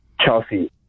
Chelsea